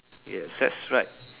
yes that's right